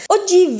Oggi